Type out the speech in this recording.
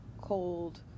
cold